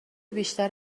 بیشتر